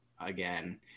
again